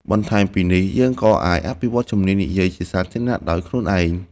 បន្ថែមពីនេះ យើងក៏អាចអភិវឌ្ឍជំនាញនិយាយជាសាធារណៈដោយខ្លួនឯង។